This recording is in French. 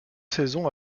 saisons